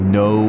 no